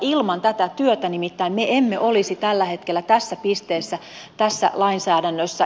ilman tätä työtä nimittäin me emme olisi tällä hetkellä tässä pisteessä tässä lainsäädännössä